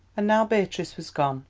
and now beatrice was gone,